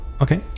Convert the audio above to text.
Okay